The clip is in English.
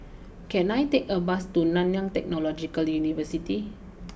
can I take a bus to Nanyang Technological University